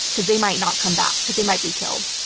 because they might not come back, because he might be killed.